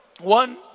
one